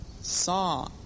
Saw